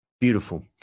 Beautiful